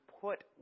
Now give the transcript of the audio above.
put